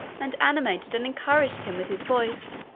and animated and encouraged him with his voice,